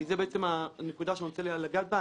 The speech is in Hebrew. כי זאת בעצם הנקודה שאני רוצה לגעת בה,